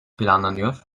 planlanıyor